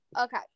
Okay